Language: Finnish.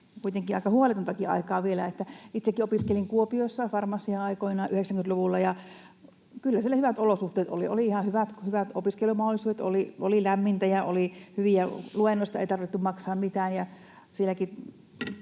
kuitenkin aika huoletontakin aikaa vielä. Itsekin opiskelin Kuopiossa farmasiaa aikoinaan 90-luvulla, ja kyllä siellä hyvät olosuhteet oli. Oli ihan hyvät opiskelumahdollisuudet, oli lämmintä ja luennoista ei tarvinnut maksaa mitään ja kaikenlaisia...